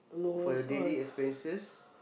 for your daily expenses